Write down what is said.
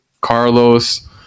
Carlos